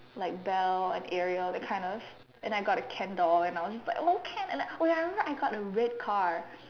like Belle and Ariel that kind of and I got a Ken doll and I was just like oh Ken and like oh ya I remember I got a red car